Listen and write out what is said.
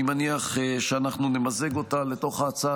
אני מניח שאנחנו נמזג אותה לתוך ההצעה